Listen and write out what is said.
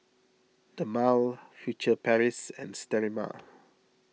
Dermale Furtere Paris and Sterimar